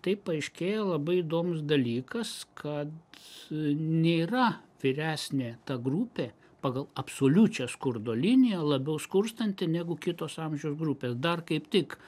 tai paaiškėja labai įdomus dalykas kad nėra vyresnė ta grupė pagal absoliučią skurdo liniją labiau skurstanti negu kitos amžiaus grupė dar kaip tik